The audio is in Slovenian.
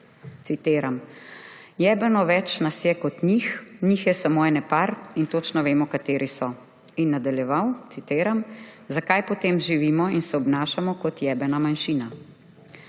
citiram: »Jebeno več nas je kot njih. Njih je samo ene par in točno vemo, kateri so.« In nadaljeval, citiram: »Zakaj potem živimo in se obnašamo kot jebena manjšina?«